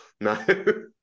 No